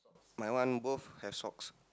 my one both have socks